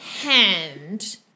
hand